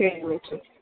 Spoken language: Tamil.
சரி மேம் சரி